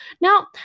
Now